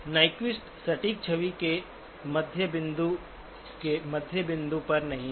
Nyquist सटीक छवि के मध्य बिंदु के मध्य बिंदु पर नहीं है